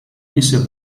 disse